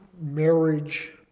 marriage